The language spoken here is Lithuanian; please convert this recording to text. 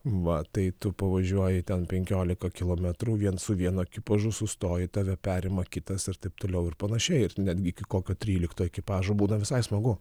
va tai tu pavažiuoji ten penkiolika kilometrų vien su vienu ekipažu sustoji tave perima kitas ir taip toliau ir panašiai ir netgi iki kokio trylikto ekipažo būna visai smagu